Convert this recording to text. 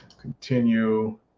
Continue